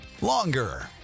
longer